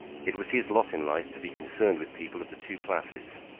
it was his lot in life to be concerned with people of the two classes.